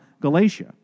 Galatia